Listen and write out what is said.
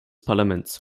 parlaments